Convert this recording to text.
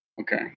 okay